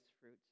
fruit